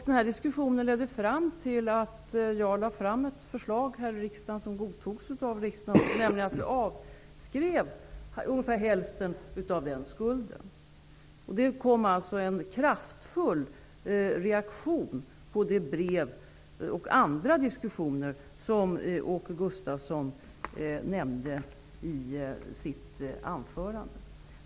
Denna diskussion ledde fram till att jag lade fram ett förslag som godtogs av riksdagen, nämligen att avskriva ungefär hälften av skulden. Det blev en kraftfull reaktion på det brev och på de diskussioner som Åke Gustavsson nämnde i sitt anförande.